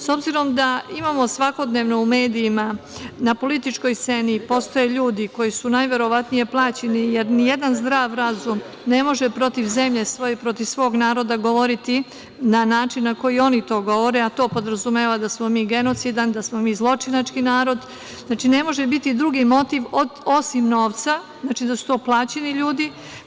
S obzirom da svakodnevno u medijima na političkoj sceni postoje ljudi koji su najverovatnije plaćeni, jer ni jedan zdrav razum ne može protiv svoje zemlje, protiv svog naroda govoriti na način na koji oni to govore, a to podrazumeva da smo mi genocidan, da smo mi zločinački narod, znači, ne može biti drugi motiv osim novca, znači da su to plaćeni ljudi.